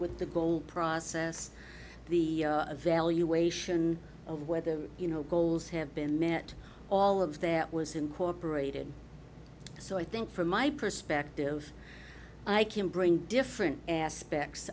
with the goal process the evaluation of whether you know goals have been met all of their was incorporated so i think from my perspective i can bring different aspects